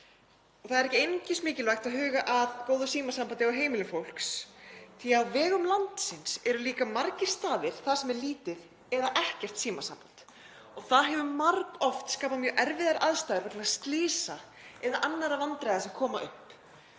Það er ekki einungis mikilvægt að huga að góðu símasambandi á heimili fólks því á vegum landsins eru líka margir staðir þar sem er lítið eða ekkert símasamband og það hefur margoft skapað mjög erfiðar aðstæður vegna slysa eða annarra vandræða sem koma upp.